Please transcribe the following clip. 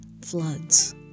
floods